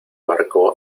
barco